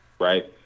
Right